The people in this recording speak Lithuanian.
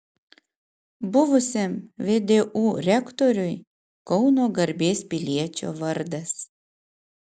buvusiam vdu rektoriui kauno garbės piliečio vardas